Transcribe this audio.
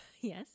Yes